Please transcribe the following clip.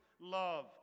love